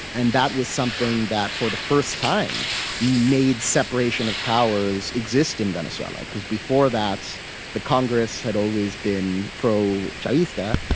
and that was something that for the first time made separation of powers exist in venezuela, because before that the congress had always been pro chavista,